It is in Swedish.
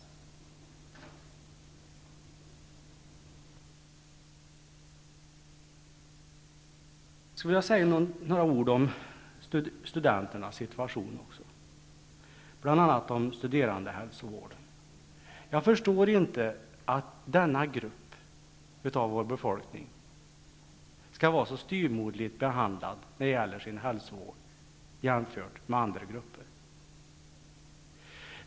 Jag skulle också vilja säga några ord om studenternas situation, bl.a. om studerandehälsovården. Jag förstår inte att denna grupp av vår befolkning skall vara så styvmoderligt behandlad i jämförelse med andra grupper när det gäller hälsovård.